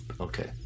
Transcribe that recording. Okay